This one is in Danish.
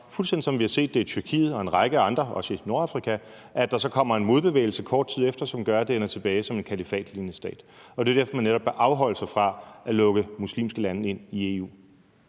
fuldstændig ligesom vi har set det i Tyrkiet og en række andre lande, også i Nordafrika, at der ikke kort tid efter kommer en modbevægelse, som gør, at det ender som en kalifatlignende stat. Det er jo netop derfor, man bør afholde sig fra at lukke muslimske lande ind i EU.